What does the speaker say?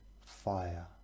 fire